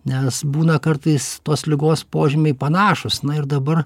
nes būna kartais tos ligos požymiai panašūs na ir dabar